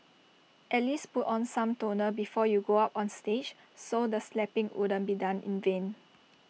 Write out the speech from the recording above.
at least put on some toner before you go up on stage so the slapping wouldn't be done in vain